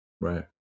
right